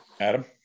Adam